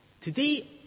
Today